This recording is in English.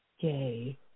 gay